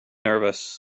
nervous